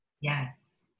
yes